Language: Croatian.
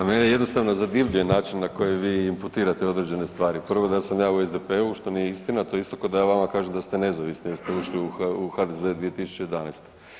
Pa mene jednostavno zadivljuje način na koji vi imputirate određene stvari, prvo da sam ja u SDP-u, što nije istina, to je isto ko da ja vama kažem da ste nezavisni jer ste ušli u HDZ 2011.